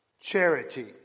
charity